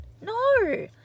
no